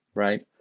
right?